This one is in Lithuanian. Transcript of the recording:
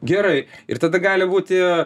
gerai ir tada gali būti